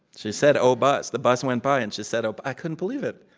she said, oh bus. the bus went by, and she said, oh bus. i couldn't believe it.